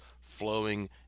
flowing